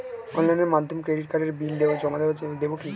অনলাইনের মাধ্যমে ক্রেডিট কার্ডের বিল জমা দেবো কি?